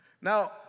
Now